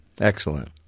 Excellent